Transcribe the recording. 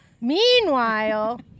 meanwhile